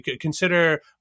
consider